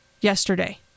yesterday